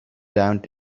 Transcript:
down